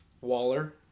Waller